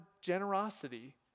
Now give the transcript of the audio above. generosity